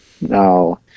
no